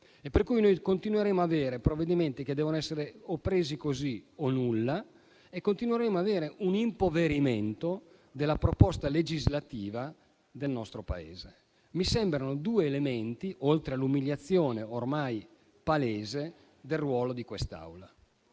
argomenti. Continueremo ad avere provvedimenti che devono essere presi così come sono o niente e continueremo ad avere un impoverimento della proposta legislativa del nostro Paese: mi sembrano due elementi innegabili, oltre all'umiliazione ormai palese del ruolo di questa